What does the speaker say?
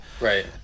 right